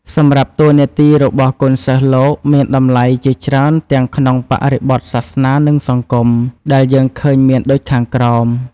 សម្រាប់តួនាទីរបស់កូនសិស្សលោកមានតម្លៃជាច្រើនទាំងក្នុងបរិបទសាសនានិងសង្គម ដែលយើងឃើញមានដូចខាងក្រោម។